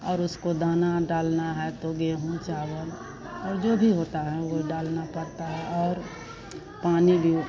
और उसको दाना डालना है तो गेहूँ चावल और जो भी होता है वही डालना पड़ता है और पानी भी ओ